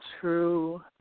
true